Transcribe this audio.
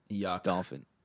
Dolphin